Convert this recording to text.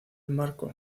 marco